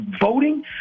voting